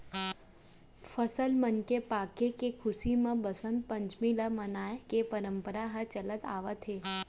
फसल मन के पाके के खुसी म बसंत पंचमी ल मनाए के परंपरा ह चलत आवत हे